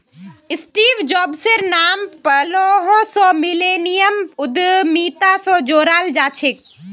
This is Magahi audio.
स्टीव जॉब्सेर नाम पैहलौं स मिलेनियम उद्यमिता स जोड़ाल जाछेक